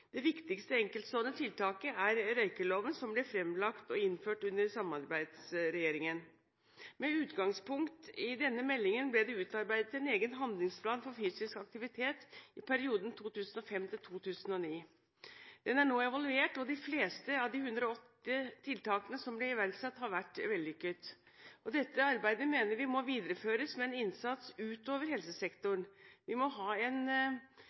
Det viktigste enkeltstående tiltaket er røykeloven som ble fremlagt og innført under Samarbeidsregjeringen. Med utgangspunkt i denne meldingen ble det utarbeidet en egen handlingsplan for fysisk aktivitet i perioden 2005–2009. Den er nå evaluert, og de fleste av de 108 tiltakene som ble iverksatt, har vært vellykket. Dette arbeidet mener vi må videreføres med en innsats utover helsesektoren. Vi må ha en